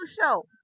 show